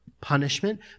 punishment